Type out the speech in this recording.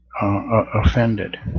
offended